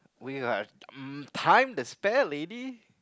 we got um time to spare lady